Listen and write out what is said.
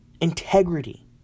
Integrity